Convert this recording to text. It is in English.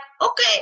okay